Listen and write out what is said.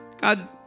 God